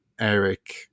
Eric